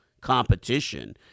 competition